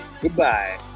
Goodbye